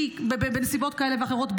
בנסיבות כאלה ואחרות,